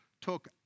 took